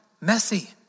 Messy